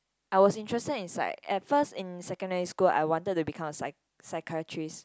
I was interested in psych at first in secondary school I wanted to become a psych~ psychiatrist